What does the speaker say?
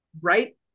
right